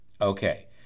Okay